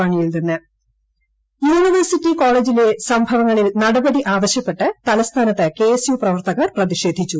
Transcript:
university college university കോളേജിലെ സംഭവങ്ങളിൽ നടപടി ആവശൃപ്പെട്ട് തലസ്ഥാനത്ത് കെഎസ്യു പ്രവർത്തകർ പ്രതിഷേധിച്ചു